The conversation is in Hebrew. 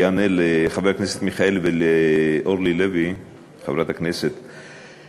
אני אענה לחבר הכנסת מיכאלי ולחברת הכנסת אורלי לוי.